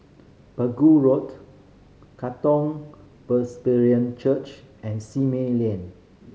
Pegu Road Katong Presbyterian Church and Simei Lane